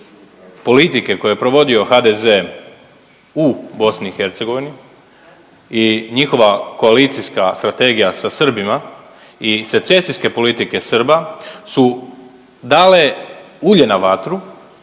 politike koje je provodio HDZ u BiH i njihova koalicijska strategija sa Srbima i secesijske politike Srba su dale ulje na vatru